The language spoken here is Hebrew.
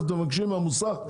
אתם מבקשים כסף מהמוסך?